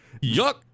yuck